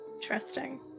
Interesting